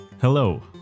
Hello